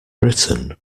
britain